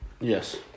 Yes